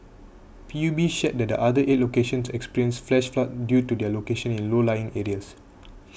P U B shared that the other eight locations experienced flash floods due to their locations in low lying areas